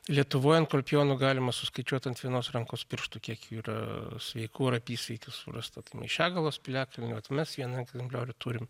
lietuvoj enkolpijonų galima suskaičiuot ant vienos rankos pirštų kiek jų yra sveikų ir apysveikių surasta tai maišiagalos piliakalnio vat mes vieną egzempliorių turim